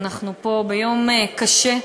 אנחנו פה ביום קשה,